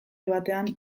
batean